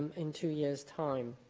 in two years' time.